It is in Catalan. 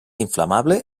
inflamable